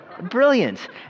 brilliant